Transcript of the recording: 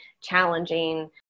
challenging